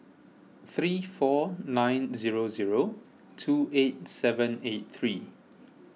three four nine zero zero two eight seven eight three